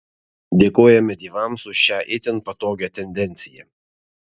dėkojame dievams už šią itin patogią tendenciją